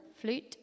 flute